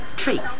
Treat